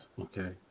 okay